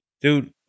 dude